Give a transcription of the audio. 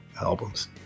albums